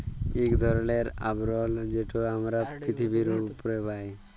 ইক ধরলের আবরল যেট আমরা পিথিবীর উপ্রে পাই